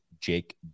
Jake